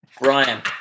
Brian